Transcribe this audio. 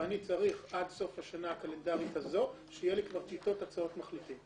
ואני צריך עד סוף השנה הקלנדרית הזו שיהיו לי כבר טיוטות הצעות מחליטים.